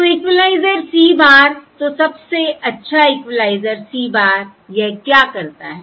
तो equaliser C bar तो सबसे अच्छा इक्वलाइज़र C bar यह क्या करता है